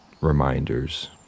Reminders